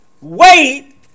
wait